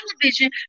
television